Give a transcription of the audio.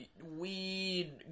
weed